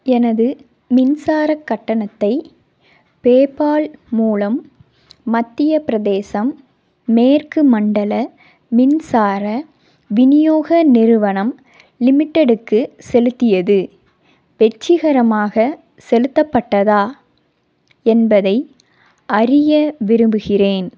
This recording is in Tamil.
எனது மின்சாரக் கட்டணத்தை பேபால் மூலம் மத்திய பிரதேசம் மேற்கு மண்டலம் மின்சார விநியோக நிறுவனம் லிமிட்டெடுக்கு செலுத்தியது வெற்றிகரமாக செலுத்தப்பட்டதா என்பதை அறிய விரும்புகிறேன்